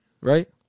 right